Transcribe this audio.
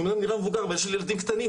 אני אומנם נראה מבוגר אבל יש לי ילדים קטנים,